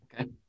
Okay